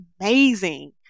amazing